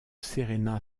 serena